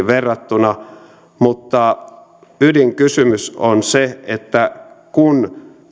verrattuna mutta ydinkysymys on se että kun